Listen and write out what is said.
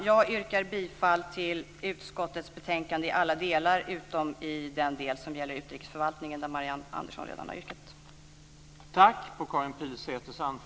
Jag yrkar bifall till utskottets förslag i betänkandet i alla delar utom i den del som gäller utrikesförvaltningen där Marianne Andersson redan har framfört ett yrkande.